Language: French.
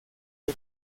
été